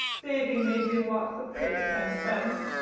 davy made me walk the pigpen fence,